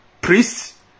priests